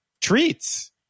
treats